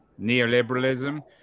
neoliberalism